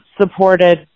supported